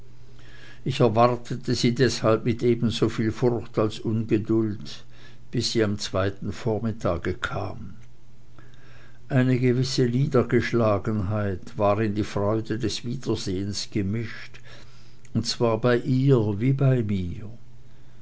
ich erwartete sie deshalb mit ebensoviel furcht als ungeduld bis sie am zweiten vormittage kam eine gewisse niedergeschlagenheit war in die freude des wiedersehens gemischt und zwar bei ihr wie bei mir